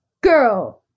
girl